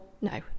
no